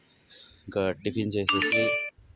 ఇంకా టిఫిన్ చేసేసి